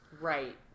Right